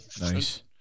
nice